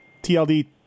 TLD